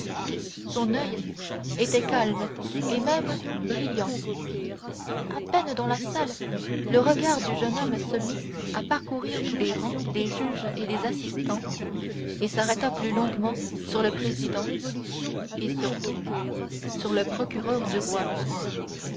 son oeil était calme et même brillant à peine dans la salle le regard du jeune homme se mit à parcourir tous les rangs des juges et des assistants et s'arrêta plus longuement sur le président et surtout sur le procureur du roi